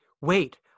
wait